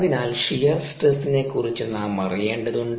അതിനാൽ ഷിയർ സ്ട്രെസ്സിനെ കുറിച്ച് നാം അറിയേണ്ടതുണ്ട്